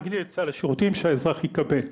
לתת את סל השירותים שהאזרח יקבל.